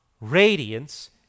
radiance